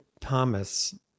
Thomas